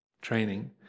training